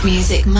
Music